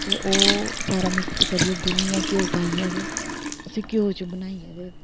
तो ओह् सारा मिक्स करियैं गुन्नियै घ्यो पाइयै ते उसी घ्यो च बनाइयै ते